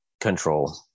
Control